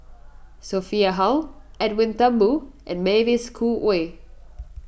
Sophia Hull Edwin Thumboo and Mavis Khoo Oei